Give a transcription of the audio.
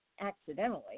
accidentally